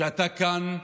אתה כאן,